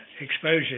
exposure